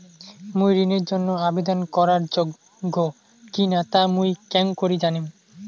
মুই ঋণের জন্য আবেদন করার যোগ্য কিনা তা মুই কেঙকরি জানিম?